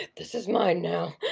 this is mine now.